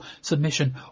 submission